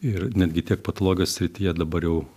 ir netgi tiek patologijos srityje dabar jau